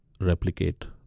replicate